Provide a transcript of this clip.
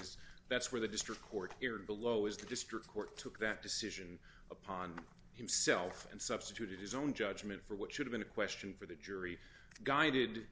is that's where the district court here below is the district court took that decision upon himself and substituted his own judgment for what should've been a question for the jury guided